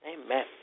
Amen